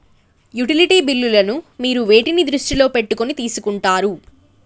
Utility బిల్లులను మీరు వేటిని దృష్టిలో పెట్టుకొని తీసుకుంటారు?